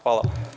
Hvala.